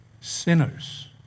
Sinners